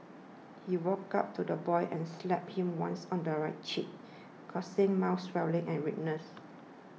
he walked up to the boy and slapped him once on the right cheek causing mild swelling and redness